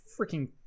freaking